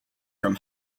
from